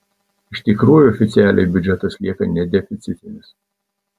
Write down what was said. iš tikrųjų oficialiai biudžetas lieka nedeficitinis